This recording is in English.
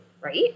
right